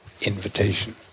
invitation